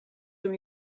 from